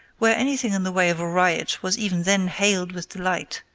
where anything in the way of a riot was even then hailed with delight,